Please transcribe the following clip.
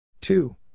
two